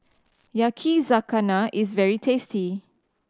yakizakana is very tasty